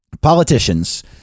politicians